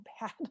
bad